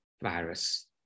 virus